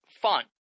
fun